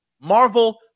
Marvel